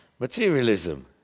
Materialism